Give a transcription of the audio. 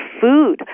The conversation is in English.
food